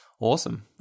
Awesome